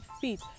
feet